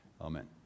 Amen